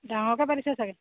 ডাঙৰকৈ পাতিছ চাগে